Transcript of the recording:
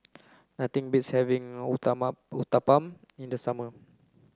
nothing beats having Uthapam in the summer